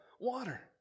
water